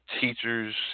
teachers